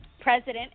President